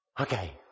Okay